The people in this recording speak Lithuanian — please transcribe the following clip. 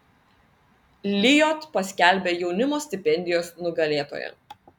lijot paskelbė jaunimo stipendijos nugalėtoją